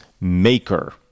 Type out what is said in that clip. maker